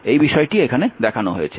এই বিষয়টিই এখানে দেখানো হয়েছে